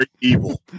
evil